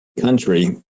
country